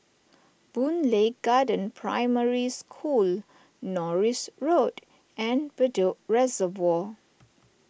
Boon Lay Garden Primary School Norris Road and Bedok Reservoir